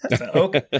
Okay